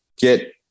get